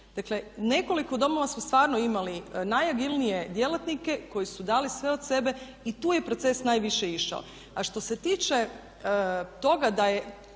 Dakle, u nekoliko domova smo stvarno imali najagilnije djelatnike koji su dali sve od sebe i tu je proces najviše išao. A što se tiče toga da je